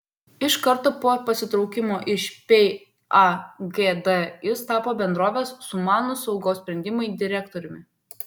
iš karto po pasitraukimo iš pagd jis tapo bendrovės sumanūs saugos sprendimai direktoriumi